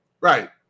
Right